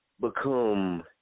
become